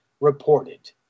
reported